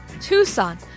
Tucson